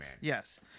Yes